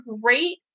great